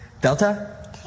Delta